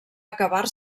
acabar